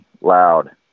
loud